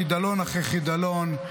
חידלון אחרי חידלון,